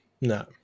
No